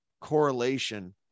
correlation